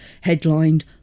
headlined